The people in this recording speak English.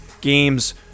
games